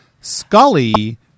Scully